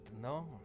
No